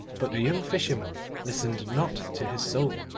but the young fisherman listened not to his soul,